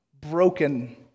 broken